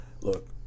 Look